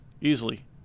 Easily